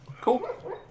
Cool